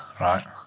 right